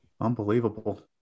Unbelievable